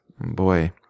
boy